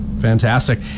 Fantastic